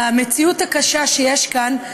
המציאות הקשה שיש כאן,